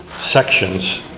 sections